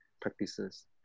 practices